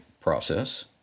process